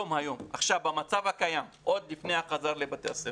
עכשיו במצב הקיים עוד לפני החזרה לבתי הספר,